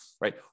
Right